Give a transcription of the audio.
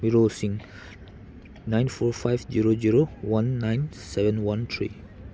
ꯃꯔꯣꯜꯁꯤꯡ nine four five zero zero one nine seven one three